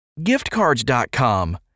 Giftcards.com